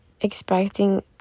expecting